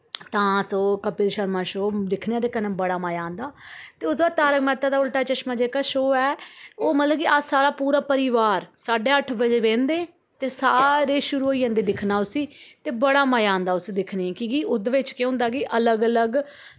तां अस ओह् कपिल शर्मा शो दिक्खने आं ते कन्नै बड़ा मजा आंदा ते उसदे बाद तारक मेहता दा उल्टा चश्मा जेह्का शो ऐ ओह् मतलब कि अस साढ़ा पूरा परिवार साड्ढे अट्ठ बजे बेंह्न्दे ते सारे शुरू होई जन्दे दिखना उस्सी ते बड़ा मजा आंदा उस्सी दिखने कि की ओह्दे बिच केह् होंदा कि अलग अलग